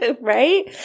Right